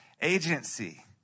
agency